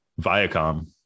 Viacom